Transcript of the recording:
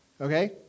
okay